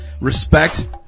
respect